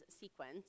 sequence